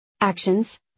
Actions